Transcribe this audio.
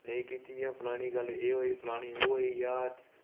नेईं कीती ऐ फलानी गल्ल एह् होई नेईं ओह् होइया